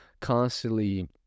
constantly